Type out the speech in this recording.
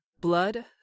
blood